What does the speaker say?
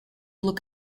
look